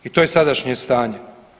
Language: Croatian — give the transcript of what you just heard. I to je sadašnje stanje.